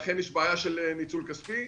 לכן יש בעיה של ניצול כספי.